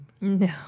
No